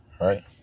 right